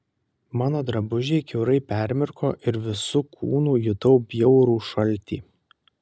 mano drabužiai kiaurai permirko ir visu kūnu jutau bjaurų šaltį